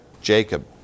Jacob